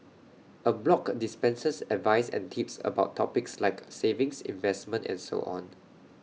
A blog dispenses advice and tips about topics like savings investment and so on